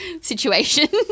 situation